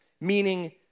meaning